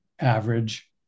average